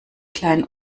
kleinen